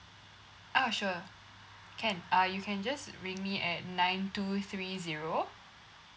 uh sure can uh you can just ring me at nine two three zero